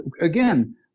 again